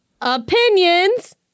opinions